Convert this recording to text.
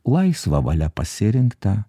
laisva valia pasirinktą